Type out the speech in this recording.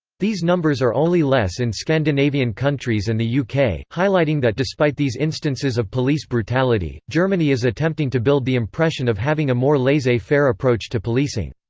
these numbers are only less in scandinavian countries and the yeah uk, highlighting that despite these instances of police brutality, germany is attempting to build the impression of having a more laissez-faire approach to policing.